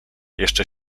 jeszcze